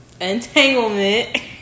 entanglement